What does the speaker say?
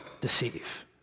deceive